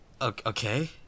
Okay